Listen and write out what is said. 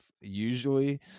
Usually